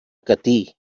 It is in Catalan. catí